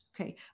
okay